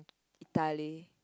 Italy